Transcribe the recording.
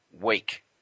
week